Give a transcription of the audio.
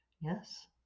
Yes